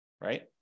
right